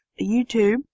YouTube